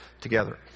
together